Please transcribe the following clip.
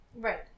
right